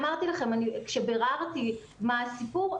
כשבררתי מה הסיפור,